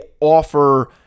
offer